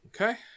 Okay